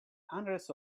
hundreds